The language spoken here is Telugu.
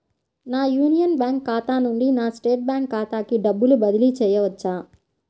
నా యూనియన్ బ్యాంక్ ఖాతా నుండి నా స్టేట్ బ్యాంకు ఖాతాకి డబ్బు బదిలి చేయవచ్చా?